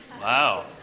Wow